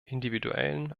individuellen